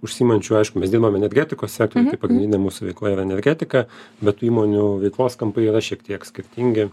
užsiimančių aišku mes dirbam energetikos sektoriuje tai pagrindinė mūsų veikla yra energetika bet tų įmonių veiklos kampai yra šiek tiek skirtingi